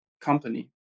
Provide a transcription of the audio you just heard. company